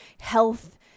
health